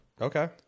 Okay